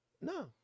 No